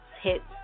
Hits